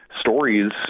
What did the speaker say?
stories